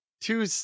Two